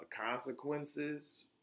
consequences